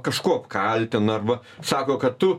kažkuo apkaltina arba sako kad tu